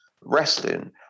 wrestling